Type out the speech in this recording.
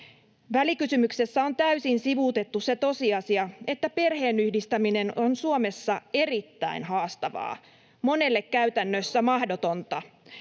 Välikysymyksessä on täysin sivuutettu se tosiasia, että perheenyhdistäminen on Suomessa erittäin haastavaa, monelle käytännössä mahdotonta.